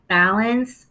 balance